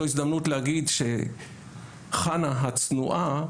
זו הזדמנות להגיד שחנה הצנועה,